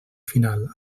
final